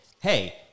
Hey